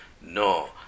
No